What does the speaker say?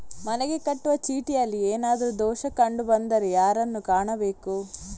ಮನೆಗೆ ಕಟ್ಟುವ ಚೀಟಿಯಲ್ಲಿ ಏನಾದ್ರು ದೋಷ ಕಂಡು ಬಂದರೆ ಯಾರನ್ನು ಕಾಣಬೇಕು?